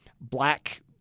black